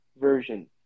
version